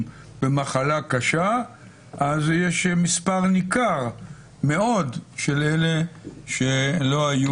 משום שראינו ריבוי מקרים של מרוצפי אומיקרון שגם ביום